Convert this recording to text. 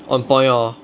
on point hor